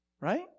right